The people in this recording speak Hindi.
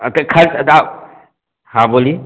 हाँ बोलिए